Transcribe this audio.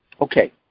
Okay